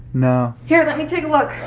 no. here let me take a look.